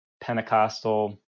Pentecostal